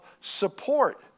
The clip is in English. support